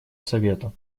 совета